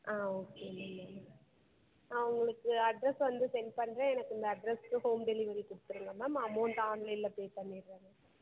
ஆ okay ma'am நான் உங்களுக்கு address வந்து சென்ட் பண்ணுறேன் எனக்கு இந்த அட்ரஸ்க்கு ஹோம் டெலிவரி கொடுத்துருங்க மேம் அமௌண்ட் ஆன்லைனில் பே பண்ணிடுறேன்